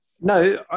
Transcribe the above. no